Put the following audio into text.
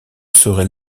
serait